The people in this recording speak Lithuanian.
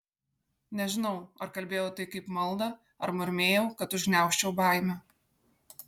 nežinau ar kalbėjau tai kaip maldą ar murmėjau kad užgniaužčiau baimę